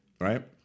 right